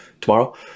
tomorrow